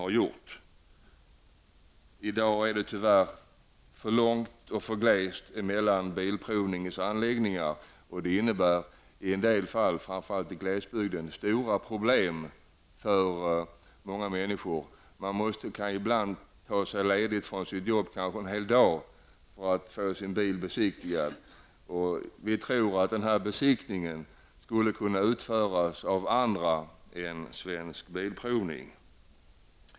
I dag är det tyvärr för långt och för glest mellan Svensk Bilprovnings anläggningar. Det innebär i en del fall, framför allt i glesbygd, stora problem för många människor. Man måste ibland ta sig ledigt från sitt arbete en hel dag för att få sin bil besiktigad. Vi tror att besiktning skulle kunna utföras av också andra än Svensk Bilprovning.